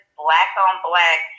black-on-black